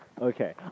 Okay